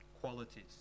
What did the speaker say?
qualities